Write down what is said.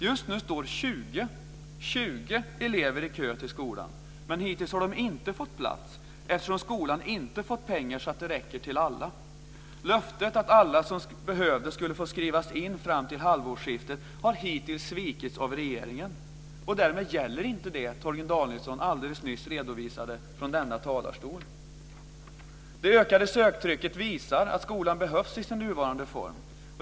Just nu står 20 elever i kö till skolan, men hittills har de inte fått plats, eftersom skolan inte fått pengar så att det räcker till alla. Löftet att alla som behövde det skulle få skrivas in fram till halvårsskiftet har hittills svikits av regeringen. Därför gäller inte det som Torgny Danielsson alldeles nyss redovisade från denna talarstol. Det ökade söktrycket visar att skolan behövs i sin nuvarande form.